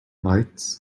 lights